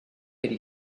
could